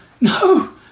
no